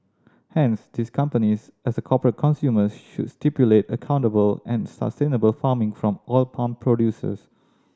hence these companies as corporate consumers should stipulate accountable and sustainable farming from oil palm producers